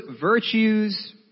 virtues